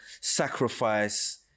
sacrifice